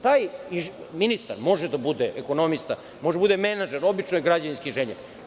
Taj ministar može da bude ekonomista, može da bude menadžer, obično je građevinski inženjer.